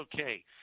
okay